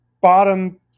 bottom